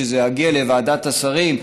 כשזה יגיע לוועדת השרים,